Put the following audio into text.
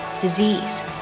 disease